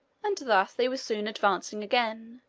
and thus they were soon advancing again,